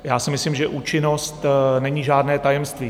Já si myslím, že účinnost není žádné tajemství.